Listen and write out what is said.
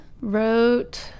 wrote